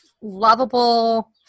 lovable